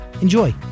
enjoy